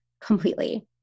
completely